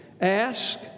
ask